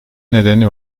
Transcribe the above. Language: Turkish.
nedeni